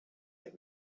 had